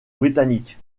britanniques